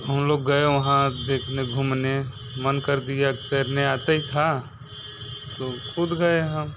हम लोग गए वहाँ देखने घूमने मन कर दिया क तैरने आता ही था तो कूद गए हम